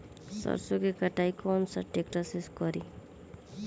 सरसों के कटाई कौन सा ट्रैक्टर से करी?